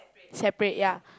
separate ya